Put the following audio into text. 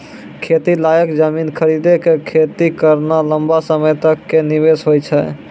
खेती लायक जमीन खरीदी कॅ खेती करना लंबा समय तक कॅ निवेश होय छै